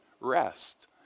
rest